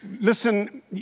listen